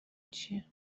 چیه